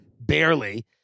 barely